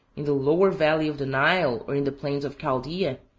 in the lower valley of the nile or in the plains of chaldea,